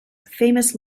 famous